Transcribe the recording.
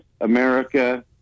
America